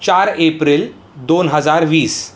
चार एप्रिल दोन हजार वीस